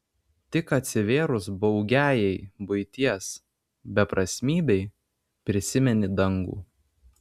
tik atsivėrus baugiajai buities beprasmybei prisimeni dangų